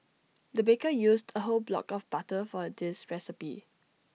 the baker used A whole block of butter for this recipe